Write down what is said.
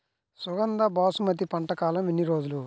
సుగంధ బాసుమతి పంట కాలం ఎన్ని రోజులు?